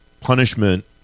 punishment